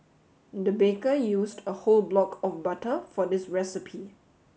the baker used a whole block of butter for this recipe